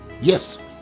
Yes